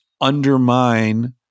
undermine